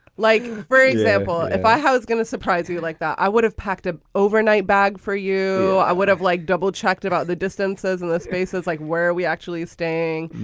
like, for example, if i was gonna surprise you like that, i would have packed a overnight bag for you. i would have like double checked about the distances in the spaces like where are we actually staying?